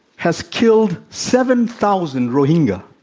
has killed seven thousand rohingya,